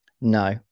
No